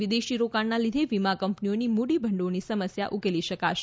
વિદેશી રોકાણનાં લીધે વીમા કંપનીઓની મૂડીભંડોળની સમસ્યા ઉકેલી શકાશે